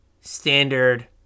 standard